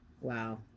Wow